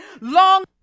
long